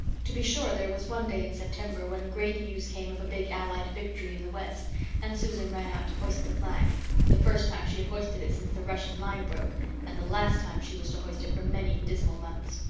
to be sure, there was one day in september when great news came of a big allied victory in the west and susan ran out to hoist the flag the first time she had hoisted it since the russian line broke and the last time she was to hoist it for many dismal moons.